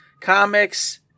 comics